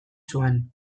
zuen